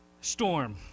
storm